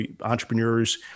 entrepreneurs